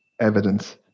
evidence